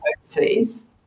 overseas